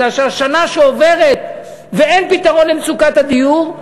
מפני שכל שנה שעוברת ואין פתרון למצוקת הדיור,